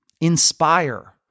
inspire